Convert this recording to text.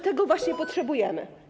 Tego właśnie potrzebujemy.